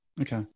Okay